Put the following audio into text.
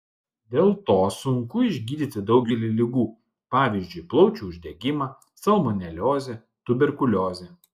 dėl to sunku išgydyti daugelį ligų pavyzdžiui plaučių uždegimą salmoneliozę tuberkuliozę